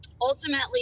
ultimately